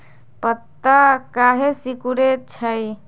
पत्ता काहे सिकुड़े छई?